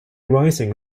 rising